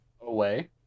Away